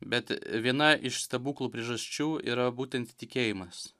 bet viena iš stebuklų priežasčių yra būtent tikėjimas